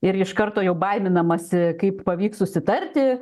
ir iš karto jau baiminamasi kaip pavyks susitarti